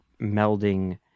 melding